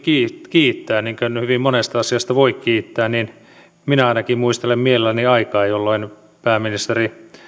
kiittää niin kuin hyvin monesta asiasta voi kiittää niin minä ainakin muistelen mielelläni aikaa jolloin pääministeri